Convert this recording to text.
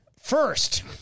First